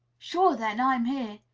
sure then, i'm here!